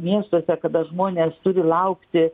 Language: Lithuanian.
miestuose kada žmonės turi laukti